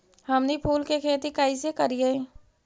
हमनी फूल के खेती काएसे करियय?